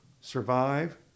survive